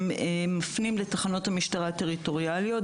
הם מפנים לתחנות המשטרה הטריטוריאליות,